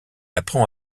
apprend